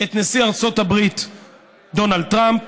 את נשיא ארצות הברית דונלד טראמפ,